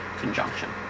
conjunction